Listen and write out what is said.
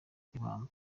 ibamba